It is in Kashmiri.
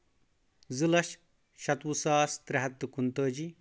زٕ لچھ شَتوُہ ساس ترٛےٚ ہَتھ تہٕ کُنتٲجی